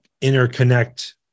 interconnect